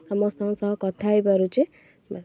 ସମସ୍ତଙ୍କ ସହ କଥା ହେଇପାରୁଛେ ବାସ୍